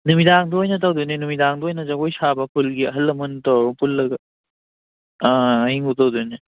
ꯅꯨꯃꯤꯗꯥꯡꯗꯨ ꯑꯣꯏꯅ ꯇꯧꯗꯣꯏꯅꯦ ꯅꯨꯃꯤꯗꯥꯡꯗ ꯑꯣꯏꯅ ꯖꯒꯣꯏ ꯁꯥꯕ ꯈꯨꯜꯒꯤ ꯑꯍꯜ ꯂꯥꯃꯟ ꯇꯧꯔꯒ ꯄꯨꯜꯂꯒ ꯑꯥ ꯑꯍꯤꯡꯕꯧ ꯇꯧꯗꯣꯏꯅꯤ